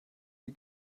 wie